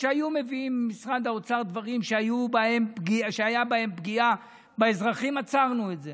כשהיו מביאים ממשרד האוצר דברים שהייתה בהם פגיעה באזרחים עצרנו את זה,